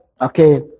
okay